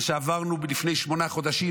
מה שעברנו לפני שמונה חודשים,